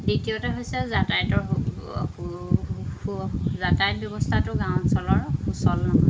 দ্বিতীয়তে হৈছে যাতায়াতৰ সু সু সু যাতায়াত ব্যৱস্থাটো গাঁও অঞ্চলৰ সুচল নহয়